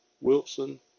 Wilson